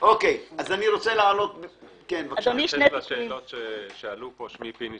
בהתייחס לשאלות שעלו פה בתיירות